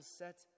set